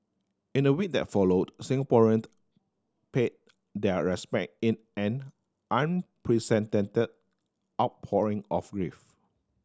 in the week that followed Singaporean paid their respect in an unprecedented outpouring of grief